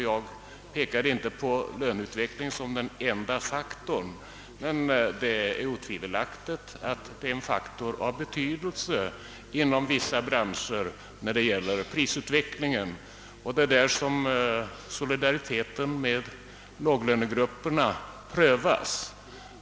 Jag framhöll inte löneutvecklingen som den enda faktorn, men otvivelaktigt är den av betydelse för prisutvecklingen inom vissa branscher, och det är just härvidlag som solidariteten med låglönegrupperna prövas.